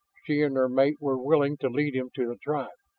she and her mate were willing to lead him to the tribe.